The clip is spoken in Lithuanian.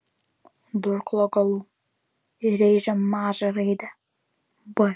durklo galu įrėžė mažą raidę b